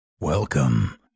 Welcome